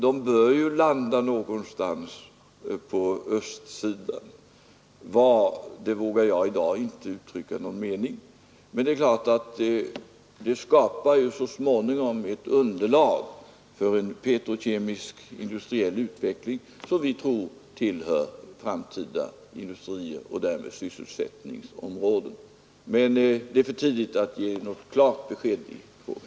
Den bör ju landa på östsidan av vårt land. Men det är klart att detta så småningom kan komma att skapa ett underlag för en petrokemisk industriell utveckling, som vi tror kommer att medföra framtida industrier och därmed sysselsättningstillfällen. Det är emellertid för tidigt att ge något klart besked om detta.